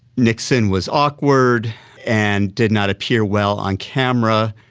nixon was awkward and did not appear well on camera,